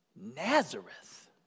Nazareth